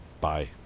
Bye